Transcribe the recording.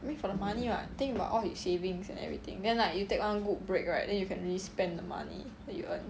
I mean for the money [what] you think about all his savings and everything then like you take one good break right then you can really spend the money that you earn